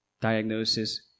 diagnosis